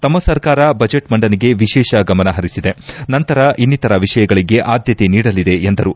ತಮ್ಮ ಸರ್ಕಾರ ಬಜೆಟ್ ಮಂಡನೆಗೆ ವಿಶೇಷ ಗಮನ ಹರಿಸಿದೆ ನಂತರ ಇನ್ನಿತರ ವಿಷಯಗಳಿಗೆ ಆದ್ಯತೆ ನೀಡಲಿದೆ ಎಂದರು